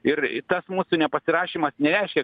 ir tas mūsų nepasirašymas nereiškia